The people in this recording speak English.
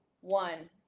one